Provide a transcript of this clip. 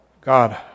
God